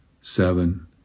seven